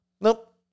Nope